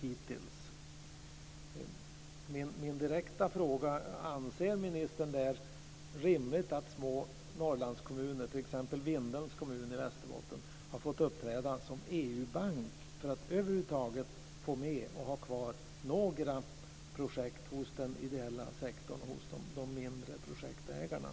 Min direkta fråga blir: Anser ministern att det är rimligt att små Norrlandskommuner, t.ex. Vindelns kommun i Västerbotten, har fått uppträda som EU-bank för att över huvud taget få med och ha kvar några projekt inom den ideella sektorn och hos de mindre projektägarna?